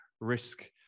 risk